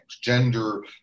gender